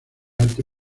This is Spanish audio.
arte